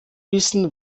wissen